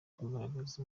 kugaragaza